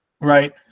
Right